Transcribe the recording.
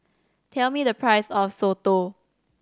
tell me the price of soto